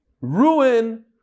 ruin